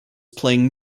playing